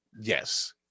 Yes